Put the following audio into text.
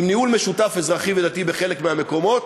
עם ניהול משותף אזרחי ודתי בחלק מהמקומות,